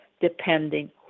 depending